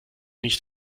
nicht